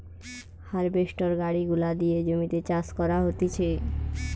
harvester গাড়ি গুলা দিয়ে জমিতে চাষ করা হতিছে